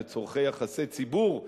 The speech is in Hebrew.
לצורכי יחסי ציבור.